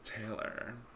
taylor